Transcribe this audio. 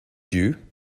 you